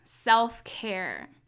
Self-care